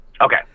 okay